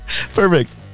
Perfect